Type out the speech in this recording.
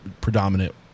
predominant